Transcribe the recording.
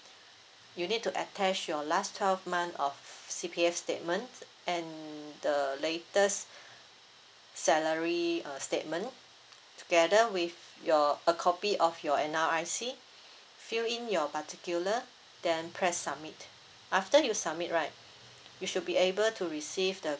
you need to attach your last twelve month of C_P_F statement and the latest salary uh statement together with your a copy of your N_R_I_C fill in your particular then press submit after you submit right you should be able to receive the